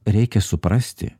reikia suprasti